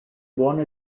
buono